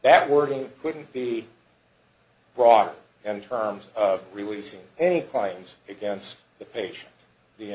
that wording couldn't be brought up in terms of releasing any crimes against the patient the